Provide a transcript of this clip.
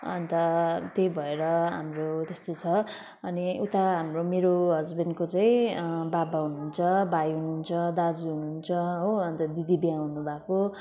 अन्त त्यही भएर हाम्रो त्यस्तो छ अनि उता हाम्रो मेरो हस्बेन्डको चाहिँ बाबा हुनुहुन्छ भाइ हुनुहुन्छ दाजु हुनुहुन्छ हो अन्त दिदी बिहे हुनुभएको